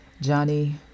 Johnny